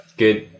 good